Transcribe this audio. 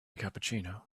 cappuccino